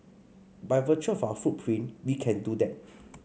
by virtue of our footprint we can do that